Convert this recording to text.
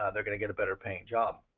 ah they are going to get a better paying job.